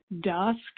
dusk